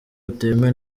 butemewe